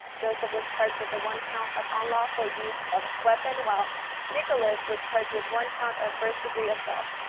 joseph was charged with the one count of unlawful use of weapon while nicholas was charged with one count of first-degree assault.